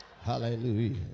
Hallelujah